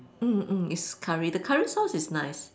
mm mm it's curry the curry sauce is nice